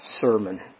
sermon